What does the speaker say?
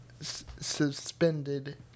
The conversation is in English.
suspended